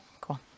cool